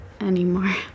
anymore